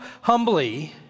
humbly